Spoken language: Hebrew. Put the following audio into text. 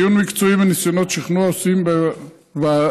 דיון מקצועי וניסיונות שכנוע עושים בוועדה.